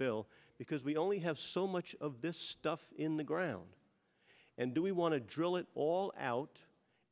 bill because we only have so much of this stuff in the ground and do we want to drill it all out